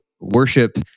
worship